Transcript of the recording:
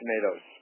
tomatoes